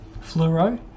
fluoro